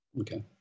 Okay